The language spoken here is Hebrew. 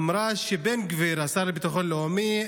היא אמרה שבן גביר, השר לביטחון לאומי,